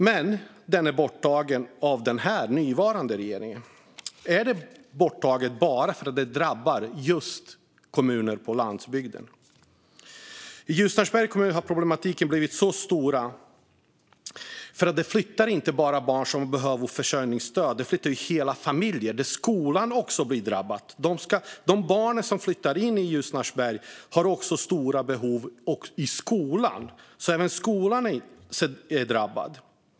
Men den är borttagen av den nuvarande regeringen. Är utredningen borttagen för att detta problem bara drabbar just kommuner på landsbygden? I Ljusnarsbergs kommun har problematiken blivit svår därför att det inte bara är personer som behöver försörjningsstöd som flyttar dit utan hela familjer med det behovet. De barn som flyttar in till Ljusnarsberg har stora behov också i skolan, så även den är drabbad.